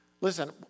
Listen